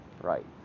right